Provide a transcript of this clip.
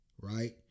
right